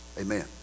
Amen